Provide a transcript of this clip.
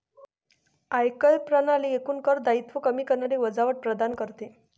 आयकर प्रणाली एकूण कर दायित्व कमी करणारी वजावट प्रदान करते